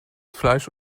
fleisch